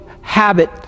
habit